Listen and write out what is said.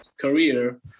career